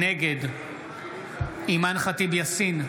נגד אימאן ח'טיב יאסין,